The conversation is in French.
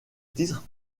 titre